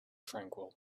tranquil